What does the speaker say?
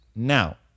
Now